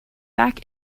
back